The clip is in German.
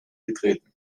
getreten